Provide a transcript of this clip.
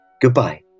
Goodbye